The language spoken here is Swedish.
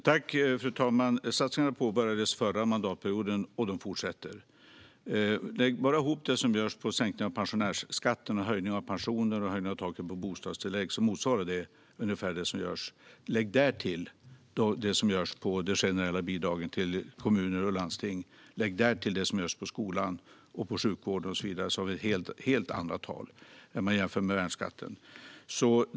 Fru talman! Satsningarna påbörjades förra mandatperioden, och de fortsätter. Lägg bara ihop det som görs på sänkningar av pensionärsskatten, höjningar av pensionerna och höjningar av taken på bostadstillägg. De motsvarar ungefär det som görs. Lägg därtill det som görs för de generella bidragen till kommuner och landsting, och lägg därtill det som görs för skolan, sjukvården och så vidare, så blir det helt andra tal när man jämför med värnskatten.